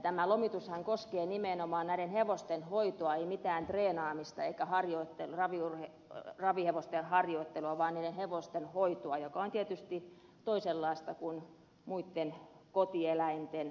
tämä lomitushan koskee nimenomaan hevosten hoitoa ei mitään treenaamista eikä ravihevosten harjoittelua vaan niiden hevosten hoitoa joka on tietysti toisenlaista kuin muitten kotieläinten hoito